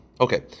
Okay